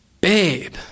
Babe